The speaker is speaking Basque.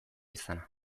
izana